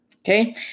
Okay